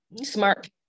smart